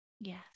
Yes